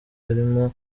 arimo